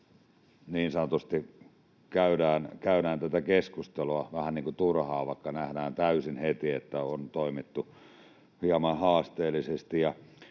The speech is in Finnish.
käydään tätä keskustelua vähän niin kuin turhaan, vaikka nähdään täysin heti, että on toimittu hieman haasteellisesti.